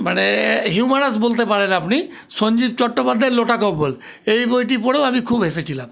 মানে হিউমেরাস বলতে পারেন আপনি সঞ্জিব চট্টোপাধ্যায়ের লোটা কম্বল এই বইটি পড়েও আমি খুব হেসেছিলাম